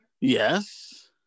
Yes